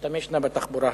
תשתמשנה בתחבורה הזאת.